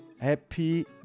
Happy